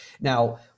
Now